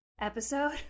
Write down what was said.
episode